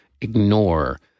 ignore